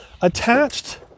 attached